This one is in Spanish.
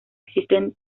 existen